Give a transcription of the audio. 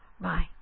bye